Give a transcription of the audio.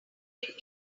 meet